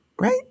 Right